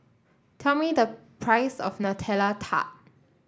tell me the price of Nutella Tart